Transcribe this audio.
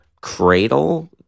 Cradle